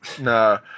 No